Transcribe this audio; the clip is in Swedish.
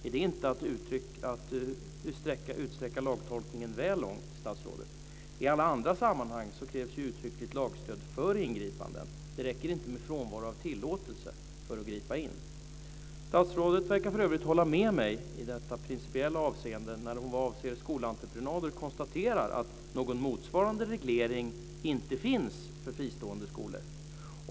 Är det inte att utsträcka lagtolkningen väl långt, statsrådet? I alla andra sammanhang krävs ju uttryckligt lagstöd för ingripanden. Det räcker inte med frånvaro av tillåtelse för att gripa in. Statsrådet verkar för övrigt hålla med mig i detta principiella avseende när hon vad avser skolentreprenader konstaterar att någon motsvarande reglering inte finns för fristående skolor.